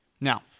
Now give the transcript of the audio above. Now